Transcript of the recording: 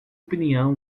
opinião